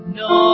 no